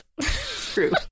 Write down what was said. True